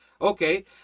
okay